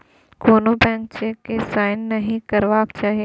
कोनो blank cheque केँ sign नहि करबाक चाही